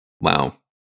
Wow